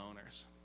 owners